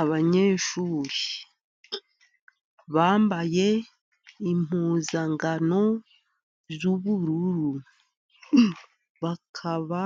Abanyeshu bambaye impuzankano z'ubururu, bakaba